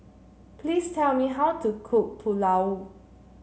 please tell me how to cook Pulao